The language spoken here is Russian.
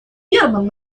верном